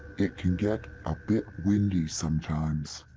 it can get a bit windy sometimes.